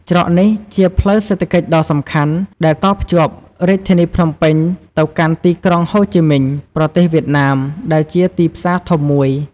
ច្រកនេះជា ផ្លូវសេដ្ឋកិច្ចដ៏សំខាន់ ដែលតភ្ជាប់រាជធានីភ្នំពេញទៅកាន់ទីក្រុងហូជីមិញ ប្រទេសវៀតណាម ដែលជាទីផ្សារធំមួយ។